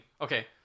okay